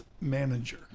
manager